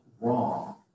wrong